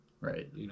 right